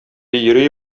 йөри